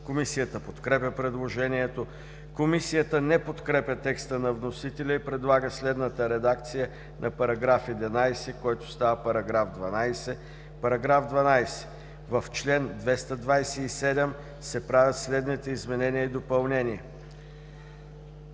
Комисията подкрепя предложението. Комисията не подкрепя текста на вносителя и предлага следната редакция на § 11, който става § 12: „§ 12. В чл. 227 се правят следните изменения и допълнения:“